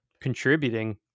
contributing